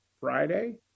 Friday